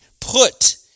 put